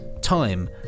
time